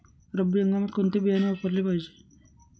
रब्बी हंगामात कोणते बियाणे वापरले पाहिजे?